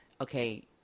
okay